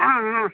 ಹಾಂ ಹಾಂ